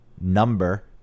number